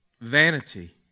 vanity